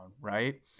right